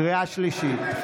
קריאה שלישית.